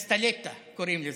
קסטלטה קוראים לה.